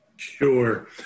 Sure